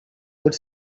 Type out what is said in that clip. would